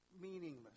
meaningless